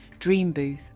Dreambooth